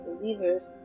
believers